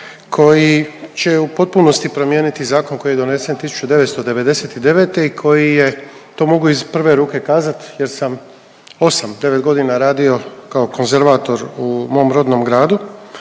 koji će u potpunosti promijeniti zakon koji je donesen 1999. i koji je to mogu iz prve ruke kazat jer sam 8, 9 godina radio kao konzervator u mom rodnom gradu